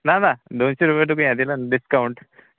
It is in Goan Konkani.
ना ना दोनशीं रुपया तुका हें दिला न्हू डिस्काव्णट